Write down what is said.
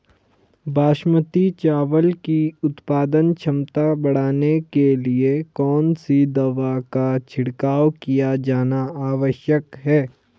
बासमती चावल की उत्पादन क्षमता बढ़ाने के लिए कौन सी दवा का छिड़काव किया जाना आवश्यक है?